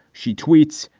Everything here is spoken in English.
she tweets.